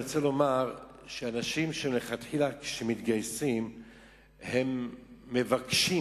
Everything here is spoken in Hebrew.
אני רוצה לומר שאנשים שמתגייסים מלכתחילה מבקשים,